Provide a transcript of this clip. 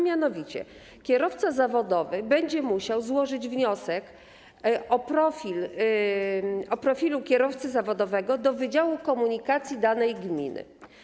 Mianowicie: kierowca zawodowy będzie musiał złożyć wniosek o profilu kierowcy zawodowego do wydziału komunikacji danej gminy.